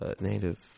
native